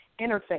interface